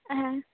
ᱦᱮᱸ